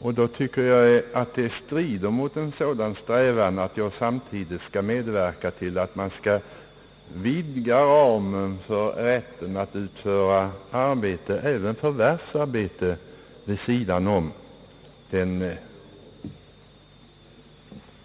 Därför anser jag att det strider mot en sådan strävan att samtidigt medverka till att vidga ramen för rätten att utföra arbete — även förvärvsarbete — under den tid